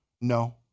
No